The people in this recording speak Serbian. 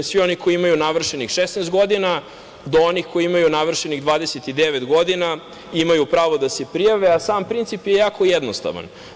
Svi oni koji imaju navršenih 16 godina do onih koji imaju navršenih 29 godina imaju pravo da se prijave, a sam princip je jako jednostavan.